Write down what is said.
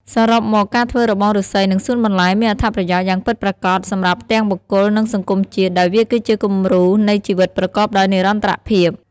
សរុបមក ការធ្វើរបងឬស្សីនិងសួនបន្លែមានអត្ថប្រយោជន៍យ៉ាងពិតប្រាកដសម្រាប់ទាំងបុគ្គល និងសង្គមជាតិ ដោយវាគឺជាគំរូនៃជីវិតប្រកបដោយនិរន្តរភាព។